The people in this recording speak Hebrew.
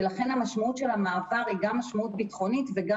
ולכן משמעות המעבר היא גם משמעות ביטחונית וגם